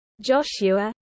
Joshua